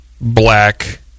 Black